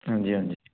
ਹਾਂਜੀ ਹਾਂਜੀ